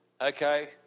Okay